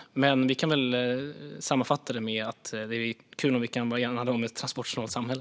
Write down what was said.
Men jag kan väl sammanfatta med att det är kul om vi kan vara enade om att ha ett transportsnålt samhälle.